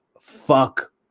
fuck